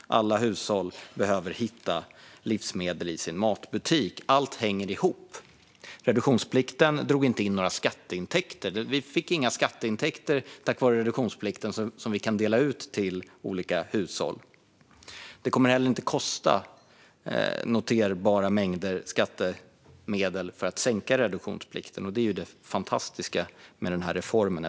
Alla hushåll behöver hitta livsmedel i sin matbutik. Allt hänger ihop. Reduktionsplikten drog inte in några skatteintäkter. Vi fick inga skatteintäkter genom reduktionsplikten som vi kan dela ut till olika hushåll. Det kommer heller inte att kosta noterbara mängder skattemedel för att sänka reduktionsplikten. Det är det fantastiska med den här reformen.